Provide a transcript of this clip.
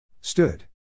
Stood